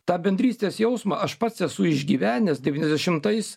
tą bendrystės jausmą aš pats esu išgyvenęs devyniasdešimtais